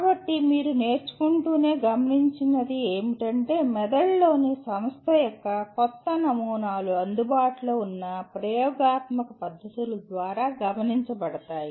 కాబట్టి మీరు నేర్చుకుంటూనే గమనించినది ఏమిటంటే మెదడులోని సంస్థ యొక్క కొత్త నమూనాలు అందుబాటులో ఉన్న ప్రయోగాత్మక పద్ధతుల ద్వారా గమనించబడతాయి